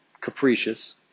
capricious